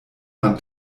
man